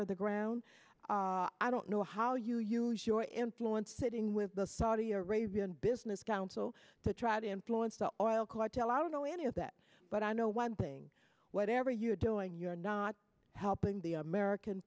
of the ground i don't know how you use your influence sitting with the saudi arabian business council to try to influence the oil cartel i don't know any of that but i know one thing whatever you're doing you're not helping the american